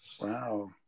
Wow